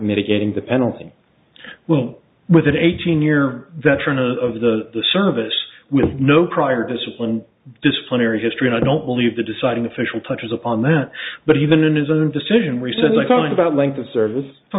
mitigating the penalty well with an eighteen year veteran of the service with no prior discipline disciplinary history and i don't believe the deciding official touches upon that but even in his own decision recently calling about length of